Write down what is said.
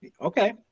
okay